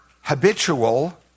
habitual